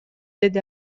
деди